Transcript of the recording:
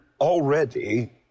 already